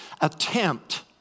attempt